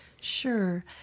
Sure